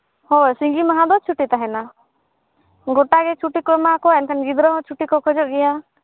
ᱦᱳᱭ ᱥᱤᱸᱜᱤ ᱢᱟᱦᱟ ᱫᱚ ᱪᱷᱩᱴᱤ ᱛᱟᱦᱮᱱᱟ ᱜᱚᱴᱟ ᱜᱮ ᱪᱷᱩᱴᱤ ᱠᱚ ᱮᱢᱟ ᱦᱟᱠᱚᱣᱟ ᱮᱱᱠᱷᱟᱱ ᱜᱤᱫᱟᱹᱨ ᱦᱚᱸ ᱪᱷᱩᱴᱤ ᱠᱚ ᱠᱷᱚᱡᱚᱜ ᱜᱮᱭᱟ